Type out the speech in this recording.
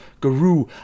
guru